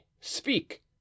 speak